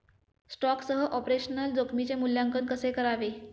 स्टॉकसह ऑपरेशनल जोखमीचे मूल्यांकन कसे करावे?